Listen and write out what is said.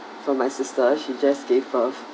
for my sister she just gave birth